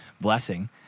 blessing